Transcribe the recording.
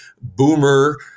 boomer